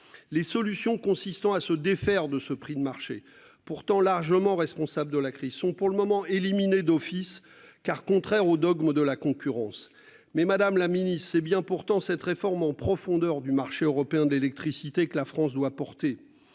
les solutions consistant à se défaire de ce prix de marché pourtant largement responsable de la crise sont pour le moment éliminé d'office car contraire au dogme de la concurrence. Mais madame la mini-c'est bien pourtant cette réforme en profondeur du marché européen d'électricité que la France doit porter